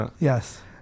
Yes